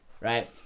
right